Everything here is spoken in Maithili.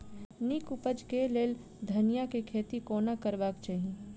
नीक उपज केँ लेल धनिया केँ खेती कोना करबाक चाहि?